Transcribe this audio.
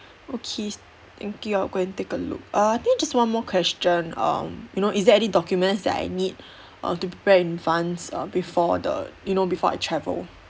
okay thank you I'll go and take a look uh I think just one more question um you know is there any documents that I need uh to prepare in advance uh before the you know before I travel